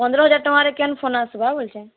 ପନ୍ଦର୍ ହଜାର୍ ଟଙ୍କାରେ କେନ୍ ଫୋନ୍ ଆସ୍ବା ବୋଲୁଛେଁ